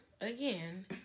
again